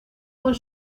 con